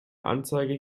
anzeige